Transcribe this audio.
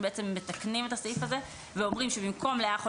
אנו מתקני את הסעיף הזה ואומרים שבמקום לאח או